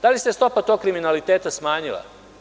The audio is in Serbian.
Da li se stopa tog kriminaliteta smanjila?